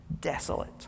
desolate